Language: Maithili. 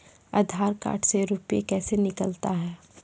आधार कार्ड से रुपये कैसे निकलता हैं?